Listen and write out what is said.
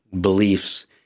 beliefs